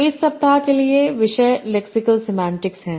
तो इस सप्ताह के लिए विषय लेक्सिकल सेमांटिक्स है